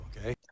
okay